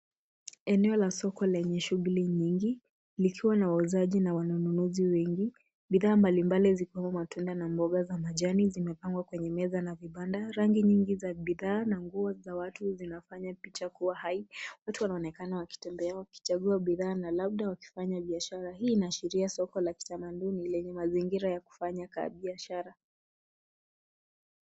Eneo la soko lenye shughuli nyingi likiwa na wauzaji na wanunuzi wengi. Bidhaa mbali zikiwemo matunda na mboga za majani zimepangwa kwenye meza na vibanda. Rangi nyingi za bidhaa na nguo za watu zinafanya picha kuwa hai. Watu wanaonekana wakitembea wakichagua bidhaa na labda wakifanya biashara. Hii inaashiria soko la kitamaduni lenye mazingira ya kufanya biashara.